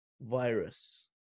virus